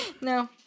No